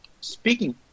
Speaking